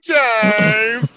time